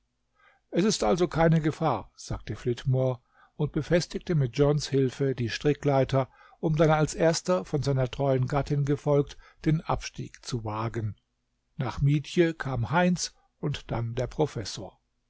es ist also keine gefahr sagte flitmore und befestigte mit johns hilfe die strickleiter um dann als erster von seiner treuen gattin gefolgt den abstieg zu wagen nach mietje kam heinz und dann der professor